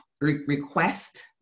request